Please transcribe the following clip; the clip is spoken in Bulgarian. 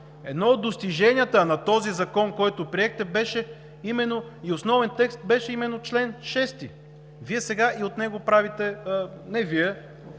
едно от достиженията на този закон, който приехте, и основен текст, беше именно чл. 6! Вие сега и от него правите, не Вие,